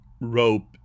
rope